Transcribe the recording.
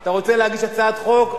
אתה רוצה להגיש הצעת חוק,